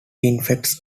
infects